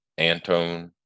Antone